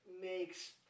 makes